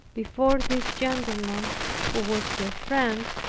before this gentleman, who was her friend,